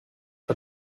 for